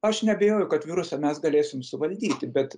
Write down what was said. aš neabejoju kad virusą mes galėsim suvaldyti bet